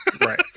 right